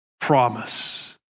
promise